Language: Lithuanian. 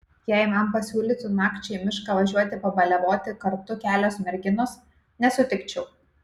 jei man pasiūlytų nakčiai į mišką važiuoti pabaliavoti kartu kelios merginos nesutikčiau